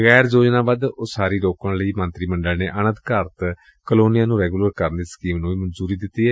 ਗੈਰ ਯੋਜਨਾਬੱਧ ਉਸਾਰੀਆਂ ਰੋਕਣ ਲਈ ਮੰਤਰੀ ਮੰਡਲ ਨੇ ਅਣ ਅਧਿਕਾਰਤ ਕਲੋਨੀਆਂ ਨੂੰ ਰੈਗੁਲਰ ਕਰਨ ਦੀ ਸਕੀਮ ਨੂੰ ਵੀ ਮਨਜੁਰੀ ਦੇ ਦਿੱਤੀ ਏ